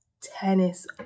Tennis